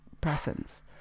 presence